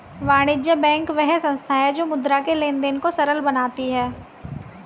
वाणिज्य बैंक वह संस्था है जो मुद्रा के लेंन देंन को सरल बनाती है